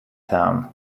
town